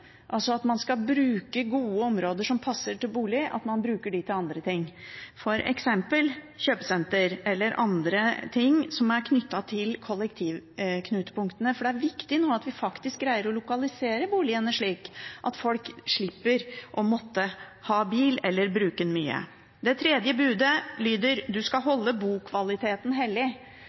Man skal altså bruke gode områder som passer til bolig, og også bruke dem til andre ting, f.eks. kjøpesentre eller andre ting som er knyttet til kollektivknutepunktene. For det er viktig at vi nå greier å lokalisere boligene slik at folk slipper å måtte ha bil eller bruke den mye. Det tredje budet lyder: Du skal holde bokvaliteten hellig.